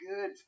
good